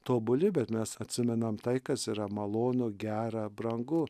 tobuli bet mes atsimenam tai kas yra malonu gera brangu